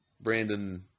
Brandon